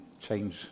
change